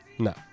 No